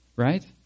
Right